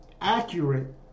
accurate